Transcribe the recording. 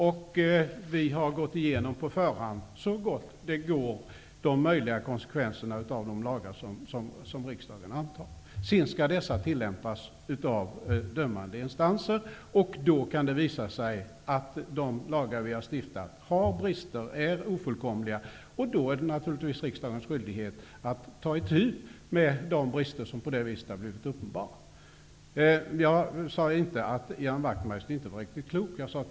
Vi har så gott det går på förhand gått igenom de möjliga konsekvenser av de lagar som riksdagen antar. Sedan skall dessa lagar tillämpas av dömande instanser. Då kan det visa sig att de lagar som riksdagen har stiftat har brister och är ofullkomliga. I det fallet är det naturligtvis riksdagens skyldighet att ta itu med de brister som har blivit uppenbara. Jag sade inte att Ian Wachtmeister inte var riktigt klok.